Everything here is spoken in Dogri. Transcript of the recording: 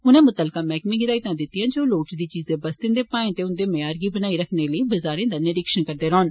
उनें मुतलका मैहकमें गी हिदायतां दित्तियां जे ओ लोढ़चदी चीजे बस्ते दे भाएं ते उन्दे म्यार गी बनाई रक्खने लेई बजारें दा निरिक्षण करन